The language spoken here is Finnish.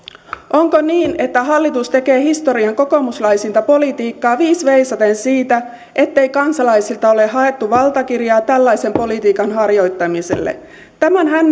onko niin että hallitus tekee historian kokoomuslaisinta politiikkaa viis veisaten siitä ettei kansalaisilta ole haettu valtakirjaa tällaisen politiikan harjoittamiselle tämän